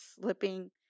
slipping